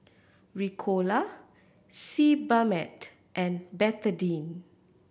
Ricola Sebamed and Betadine